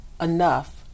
enough